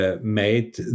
Made